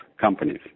companies